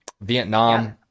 Vietnam